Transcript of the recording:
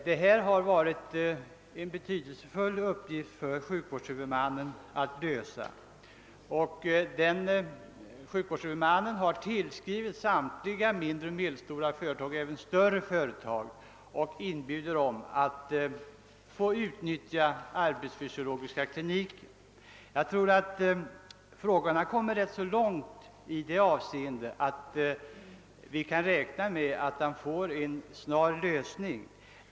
Detta har varit en mycket betydelsefull uppgift för sjukvårdshuvudmannen, som tillskrivit samtliga mindre och medelstora företag och även större företag och inbjudit dessa att utnyttja den arbetsfysiologiska kliniken. Jag tror att dessa frågor har kommit så långt, att man kan räkna med att de får en snar lösning.